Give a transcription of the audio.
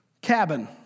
cabin